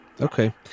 Okay